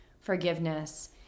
forgiveness